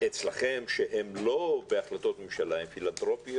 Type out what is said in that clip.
אצלכם ליוצאי העדה האתיופית שהן לא בהחלטות ממשלה אלא פילנתרופיות?